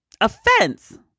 offense